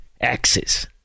Axes